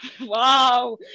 wow